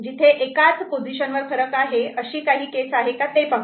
जिथे एकाच पोझिशन वर फरक आहे अशी काही केस आहे का ते पाहू